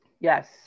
Yes